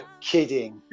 kidding